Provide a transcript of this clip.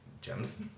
Gems